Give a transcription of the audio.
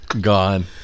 Gone